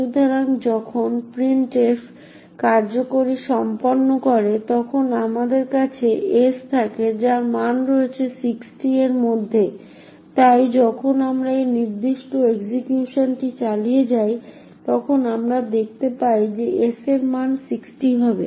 সুতরাং যখন printf কার্যকরী সম্পন্ন করে তখন আমাদের কাছে s থাকে যার মান রয়েছে 60 এর মধ্যে এবং তাই যখন আমরা এই নির্দিষ্ট এক্সিকিউশনটি চালিয়ে যাই তখন আমরা দেখতে পাই যে s এর মান 60 হবে